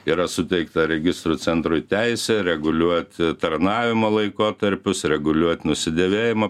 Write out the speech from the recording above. yra suteikta registrų centrui teisė reguliuoti tarnavimo laikotarpius reguliuoti nusidėvėjimą